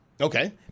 Okay